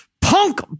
punk